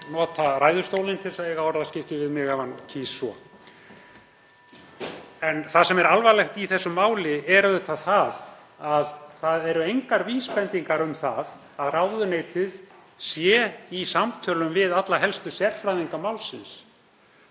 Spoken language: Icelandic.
nota ræðustólinn til að eiga orðaskipti við mig ef hann kýs svo. En það sem er alvarlegt í þessu máli er auðvitað að það eru engar vísbendingar um að ráðuneytið sé í samtölum við alla helstu sérfræðinga málsins.